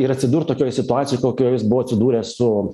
ir atsidurt tokioj situacijoj kokioj jis buvo atsidūręs su